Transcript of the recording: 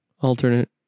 alternate